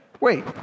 wait